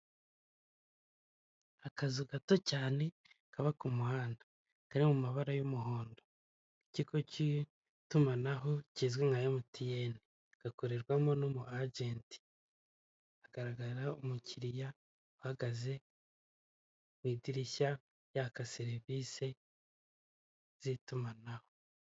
Akazu gato cyane, kaba ku muhanda kari mu mabara y'umuhondo, ikigo cy'itumanaho kizwi nka emutiyene gakorerwamo n'umu ajenti, hagaragara umukiriya uhagaze m'idirishya yaka serivisi z'itumanaho.